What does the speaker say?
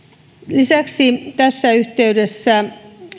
lisäksi tässä yhteydessä